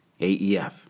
AEF